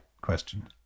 question